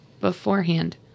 Beforehand